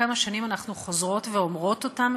כמה שנים אנחנו חוזרות ואומרות אותם,